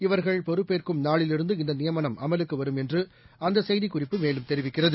இவர்கள் பொறுப்பேற்கும் நாளிலிருந்து இந்தநியமனம் அமலுக்குவரும் என்றுஅந்தசெய்திக்குறிப்பு மேலும் தெரிவிக்கிறது